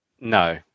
No